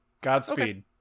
Godspeed